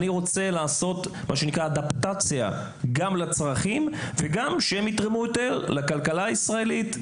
אני רוצה לעשות אדפטציה לצרכים וגם שהם יתרמו יותר לכלכלה הישראלית,